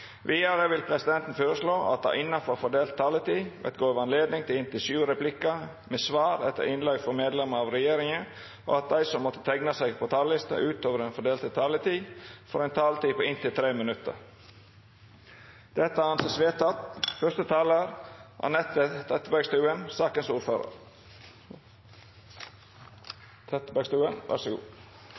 Videre vil presidenten foreslå at det – innenfor den fordelte taletid – blir gitt anledning til inntil sju replikker med svar etter innlegg fra medlemmer av regjeringen, og at de som måtte tegne seg på talerlisten utover den fordelte taletid, får en taletid på inntil 3 minutter. – Det anses vedtatt.